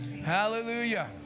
Hallelujah